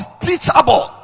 teachable